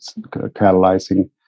catalyzing